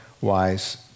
wise